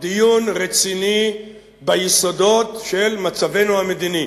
דיון רציני ביסודות של מצבנו המדיני.